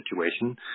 situation